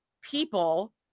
people